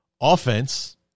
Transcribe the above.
offense